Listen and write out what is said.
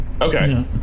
Okay